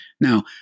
Now